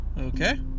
Okay